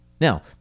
Now